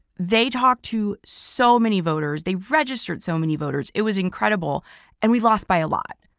they talked to so many voters, they registered so many voters. it was incredible and we lost by a lot,